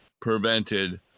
prevented